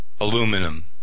aluminum